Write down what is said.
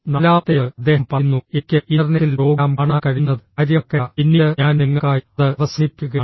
നാലാമത്തേത് അദ്ദേഹം പറയുന്നു എനിക്ക് ഇന്റർനെറ്റിൽ പ്രോഗ്രാം കാണാൻ കഴിയുന്നത് കാര്യമാക്കേണ്ട പിന്നീട് ഞാൻ നിങ്ങൾക്കായി അത് അവസാനിപ്പിക്കുകയാണ്